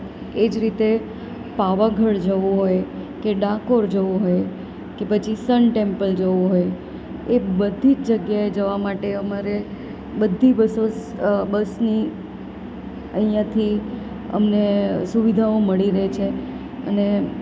એ જ રીતે પાવાગઢ જવું હોય કે ડાકોર જવું હોય કે પછી સન ટેમ્પલ જવું હોય એ બધી જ જગ્યાએ જવા માટે અમારે બધી બસોસ બસની અહીંયાથી અમને સુવિધાઓ મળી રહે છે અને